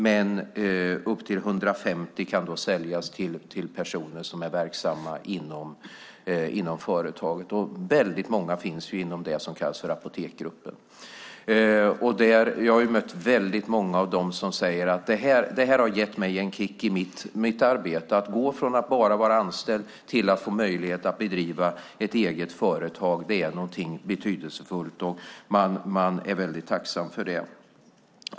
Men upp till 150 kunde säljas till personer som är verksamma inom förtaget. Väldigt många finns inom det som kallas för Apoteksgruppen. Jag har mött många som har sagt: Det har gett mig en kick i mitt arbete att gå från att bara vara anställd till att få möjlighet att driva ett eget företag! Det är någonting betydelsefullt, och man är tacksam för det.